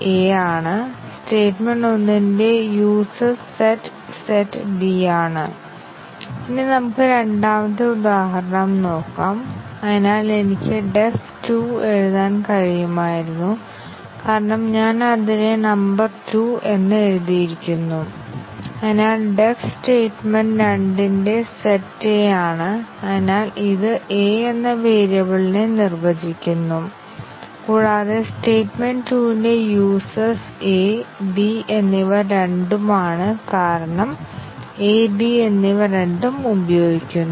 20 സ്റ്റേറ്റ്മെന്റുകളുള്ള ഒരു പ്രോഗ്രാമിനായി ലിനെയാർലി ഇൻഡിപെൻഡെന്റ് ആയ പാത്ത് എന്താണെന്ന് തിരിച്ചറിയാൻ നിങ്ങൾക്ക് 1 അല്ലെങ്കിൽ 2 ആഴ്ച ചെലവഴിക്കാൻ കഴിയും അതിനാൽ ലിനെയാർലി ഇൻഡിപെൻഡെന്റ് ആയ ഒരു കൂട്ടം പാത്തുകളെ തിരിച്ചറിയാൻ ആരും ശരിക്കും ശ്രമിക്കുന്നില്ല പക്ഷേ പാത്ത് പരിശോധനയിൽ ഞങ്ങൾ ഈ ആശയം ഉപയോഗിക്കുന്നു